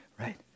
right